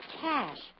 cash